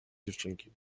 dziewczynki